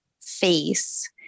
face